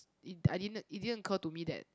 it I didn't it didn't occur to me that